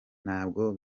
ntabwo